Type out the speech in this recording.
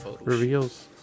reveals